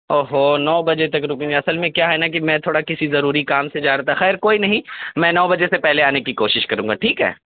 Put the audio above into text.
اوہو نو بجے تک رکیں گے اصل میں کیا ہے نا کہ میں تھوڑا کسی ضروری کام سے جا رہا تھا خیر کوئی نہیں میں نو بجے سے پہلے آنے کی کوشش کروں گا ٹھیک ہے